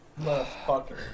Motherfucker